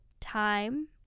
time